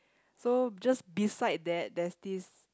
so just beside that there's this